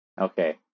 Okay